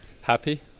Happy